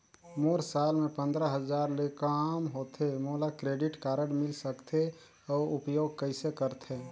मोर साल मे पंद्रह हजार ले काम होथे मोला क्रेडिट कारड मिल सकथे? अउ उपयोग कइसे करथे?